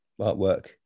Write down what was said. artwork